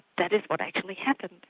that is what actually happened,